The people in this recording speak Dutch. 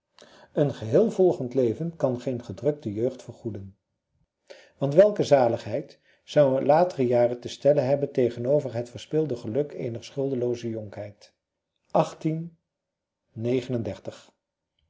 een geheel volgend leven kan geen gedrukte jeugd vergoeden want welke zaligheid zouden latere jaren te stellen hebben tegenover het verspeelde geluk eener schuldelooze jonkheid